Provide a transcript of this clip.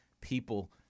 people